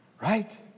right